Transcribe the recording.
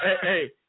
Hey